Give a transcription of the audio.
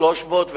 כ-350 מטר,